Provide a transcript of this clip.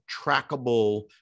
trackable